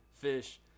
fish